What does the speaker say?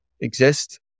exist